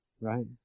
right